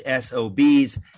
SOBs